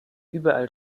überall